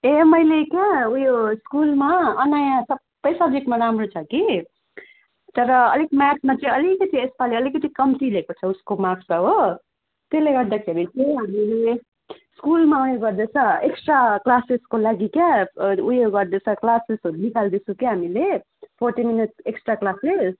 ए मैले क्या उयो स्कुलमा अनाया सबै सब्जेक्टमा राम्रो छ कि तर अलिक म्याथमा चाहिँ अलिकति यसपालि अलिकति कम्ती ल्याएको छ उसको मार्क्स त हो त्यसले गर्दाखेरि चाहिँ हामीले स्कुलमा उयो गर्दैछ एक्स्ट्रा क्लासेसको लागि क्या ऊ यो गर्दैछ क्लासेसहरू निकाल्दैछु कि हामीले फोर्टी मिनट एक्स्ट्रा क्लासेस